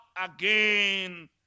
again